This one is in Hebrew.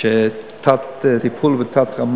יש שם